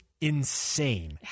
insane